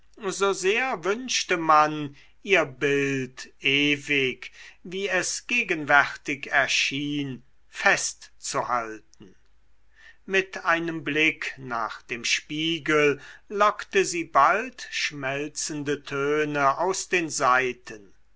so sehr wünschte man ihr bild ewig wie es gegenwärtig erschien festzuhalten mit einem stillen blick nach dem spiegel lockte sie bald schmelzende töne aus den saiten